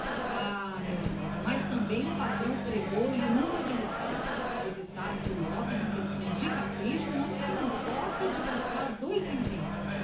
ah meu amigo mas também o patrão pregou lhe uma de respeito você sabe que o lopes em questões de capricho não se importa de gastar dois vinténs